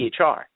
EHR